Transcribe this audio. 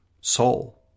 soul